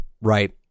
right